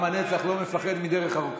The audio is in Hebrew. עם הנצח לא מפחד מדרך ארוכה.